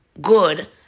good